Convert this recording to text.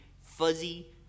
fuzzy